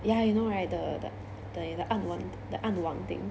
ya you know right the the the 暗网 the 暗网 thing